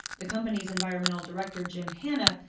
the company's environmental director, jim hanna,